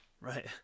Right